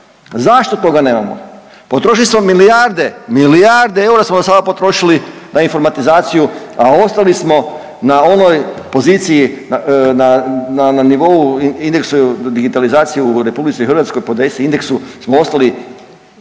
Zašto toga nemamo? Potrošili smo milijarde, milijarde eura smo dosada potrošili na informatizaciju, a ostali smo na onoj poziciji na, na, na, na nivou indeksove digitalizacije u RH, po DESI indeksu smo ostali